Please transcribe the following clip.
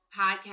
podcast